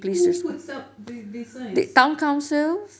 who puts up these these signs